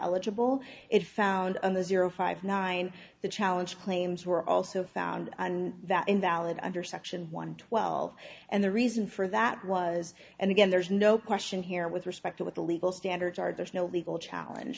eligible it found on the zero five nine the challenge claims were also found and that in that under section one twelve and the reason for that was and again there's no question here with respect to what the legal standards are there's no legal challenge